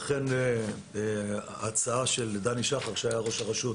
לכן ההצעה של דני שחר שהיה ראש הרשות